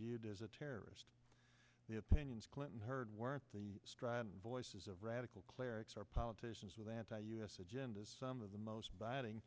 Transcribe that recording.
viewed as a terrorist the opinions clinton heard were the strident voices of radical clerics are politicians with anti u s agendas some of the most biting